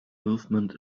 movement